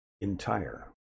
entire